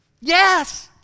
Yes